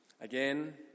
Again